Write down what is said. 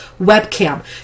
webcam